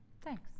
Thanks